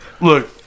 Look